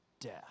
death